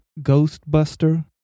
Ghostbuster